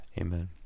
Amen